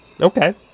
Okay